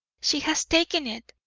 she has taken it!